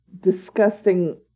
disgusting